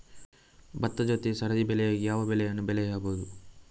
ಭತ್ತದ ಜೊತೆ ಸರದಿ ಬೆಳೆಯಾಗಿ ಯಾವ ಬೆಳೆಯನ್ನು ಬೆಳೆಯಬಹುದು?